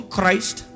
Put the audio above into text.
Christ